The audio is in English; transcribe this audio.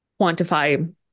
quantify